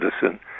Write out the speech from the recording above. citizen